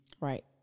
Right